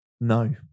No